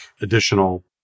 additional